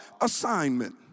assignment